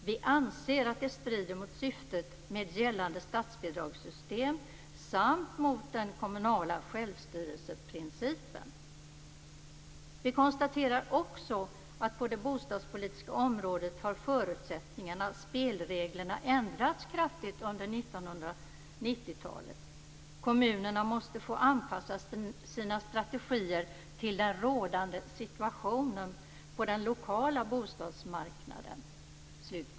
Vi anser att det strider mot syftet med gällande statsbidragssystem samt mot den kommunala självstyrelseprincipen. Vi konstaterar också att på det bostadspolitiska området har förutsättningarna/spelreglerna ändrats kraftigt under 1990-talet. Kommunerna måste få anpassa sina strategier till den rådande situationen på den lokala bostadsmarknaden."